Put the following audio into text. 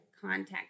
contact